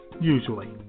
usually